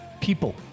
People